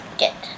get